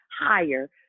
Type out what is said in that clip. higher